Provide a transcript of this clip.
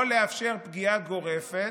לא לאפשר פגיעה גורפת,